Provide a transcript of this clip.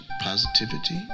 positivity